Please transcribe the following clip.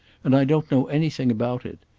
and i don't know anything about it.